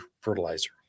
fertilizer